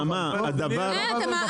אז בוא נפצח את זה.